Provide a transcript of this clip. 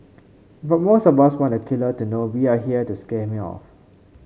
but most of us want the killer to know we are here to scare him off